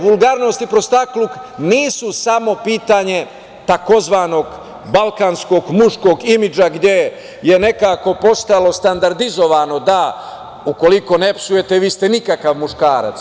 Vulgarnost i prostakluk nisu samo pitanje tzv. „balkanskog muškog imidža“, gde je postalo standardizovano da, ukoliko ne psujete vi ste nikakav muškarac.